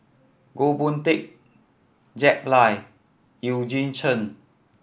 Goh Boon Teck Jack Lai Eugene Chen